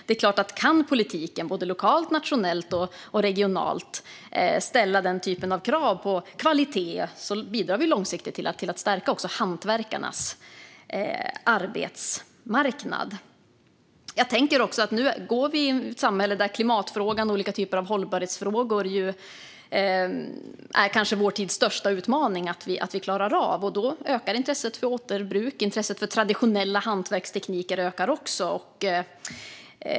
Det är klart att om politiken lokalt, nationellt och regionalt kan ställa den typen av krav på kvalitet bidrar det långsiktigt till att stärka hantverkarnas arbetsmarknad. Nu går vi in i ett samhälle där vår tids största utmaning är att klara klimatfrågan och olika typer av hållbarhetsfrågor. Då ökar intresset för återbruk och för traditionella hantverkstekniker.